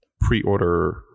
pre-order